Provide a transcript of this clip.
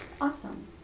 awesome